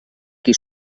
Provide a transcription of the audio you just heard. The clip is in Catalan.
qui